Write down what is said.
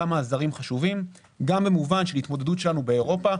כמה הזרים חשובים גם במובן של התמודדות שלנו באירופה.